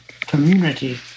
community